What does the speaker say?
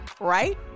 right